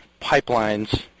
pipelines